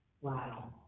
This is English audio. Wow